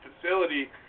facility